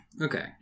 okay